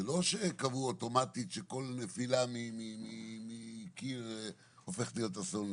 זה לא שקבעו אוטומטית שכל נפילה מקיר הופכת להיות אסון לאומי.